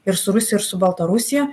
ir su rusija ir su baltarusija